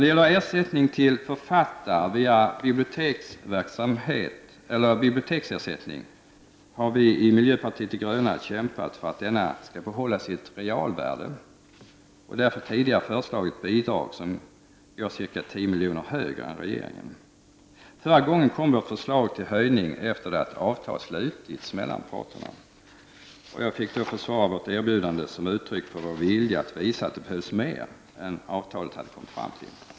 När det gäller författarnas biblioteksersättning har vi i miljöpartiet de gröna kämpat för att denna skall behålla sitt realvärde och därför tidigare föreslagit bidrag som är ca 10 milj.kr. högre än vad regeringen föreslår. Förra gången kom vårt förslag till höjning efter det att avtal slutits mellan parterna. Jag fick då försvara vårt erbjudande som ett uttryck för vår vilja att visa att det behövs mer än som kommit fram i avtalet.